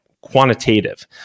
quantitative